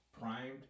primed